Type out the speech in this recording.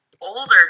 older